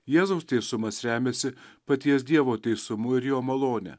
jėzaus teisumas remiasi paties dievo teisumu ir jo malone